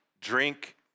drink